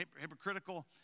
hypocritical